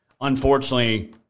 unfortunately